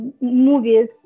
movies